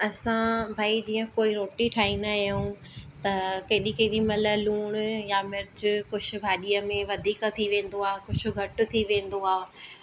असां भाई जीअं कोई रोटी ठाहींदा आयूं त केॾी केॾीमहिल लूणु या मिर्चु किझु भाॼीअ में वधीक थी वेंदो आहे कुझु घटि थी वेंदो आहे